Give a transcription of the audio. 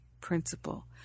principle